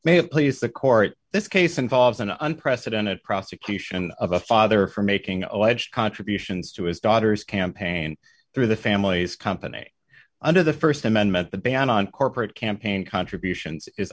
have please the court this case involves an unprecedented prosecution of a father for making alleged contributions to his daughter's campaign through the family's company under the st amendment the ban on corporate campaign contributions is